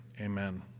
Amen